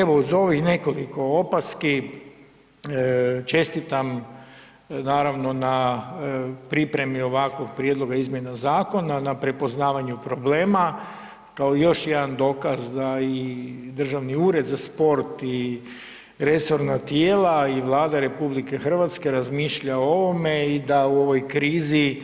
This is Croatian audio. Evo, uz ovih nekoliko opaski čestitam naravno na pripremi ovakvog prijedloga izmjena zakona, na prepoznavanju problema, kao još jedan dokaz da i Državni ured za sport i resorna tijela i Vlada RH razmišlja o ovome i da u ovoj krizi